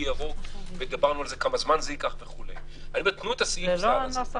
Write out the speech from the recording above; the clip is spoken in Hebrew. תנו את סעיף הסל הזה,